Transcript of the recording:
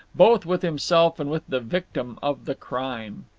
both with himself and with the victim of the crime.